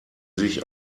sich